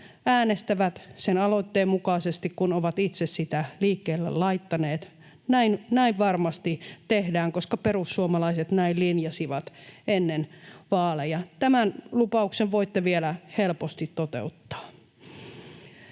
äänestävät sen aloitteen mukaisesti, kun ovat itse sitä liikkeelle laittaneet. Näin varmasti tehdään, koska perussuomalaiset näin linjasivat ennen vaaleja. Tämän lupauksen voitte vielä helposti toteuttaa.